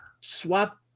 swap